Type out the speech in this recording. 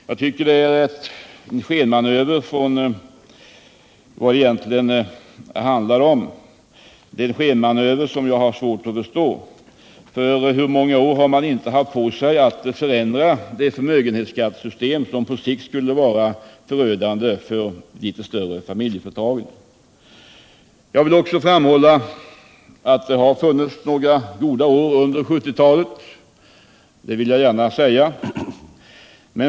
Jag tycker det är en skenmanöver för att dölja vad det egentligen handlar om, och det är en sken manöver som jag har svårt att förstå. Hur många år har man inte haft på sig att förändra det förmögenhetsskattesystem som på sikt skulle vara förödande för de litet större familjeföretagen! Jag vill också framhålla att det funnits några goda år under 1970-talet; det vill jag gärna säga.